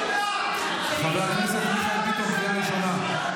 חבר הכנסת מיכאל ביטון, קריאה ראשונה.